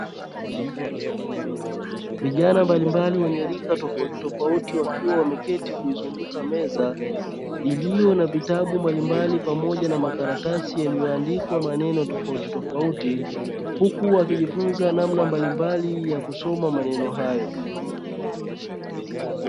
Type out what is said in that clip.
Vijana mbalimbali wenye rika tofautitofauti, wakiwa wameketi kuizunguka meza; iliyo na vitabu mbalimbali pamoja na makaratasi yaliyoandikwa maneno tofautitofauti, huku wakijifunza namna mbalimbali ya kusoma maneno hayo.